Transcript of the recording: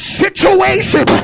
situation